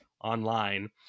online